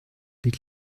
die